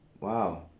Wow